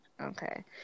Okay